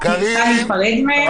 צריכה להיפרד מהם?